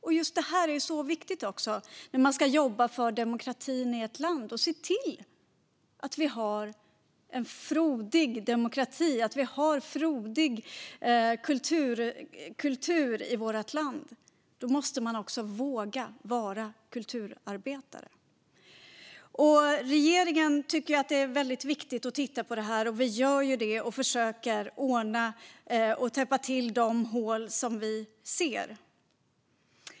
En frodig kultur är viktig för en demokrati, och då måste man också våga vara kulturarbetare. Regeringen tycker att detta är viktigt och försöker därför täppa till de hål man ser.